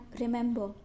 remember